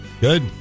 good